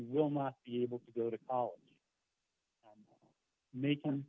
will not be able to go to make